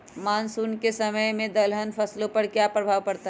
Monsoon के समय में दलहन फसलो पर क्या प्रभाव पड़ता हैँ?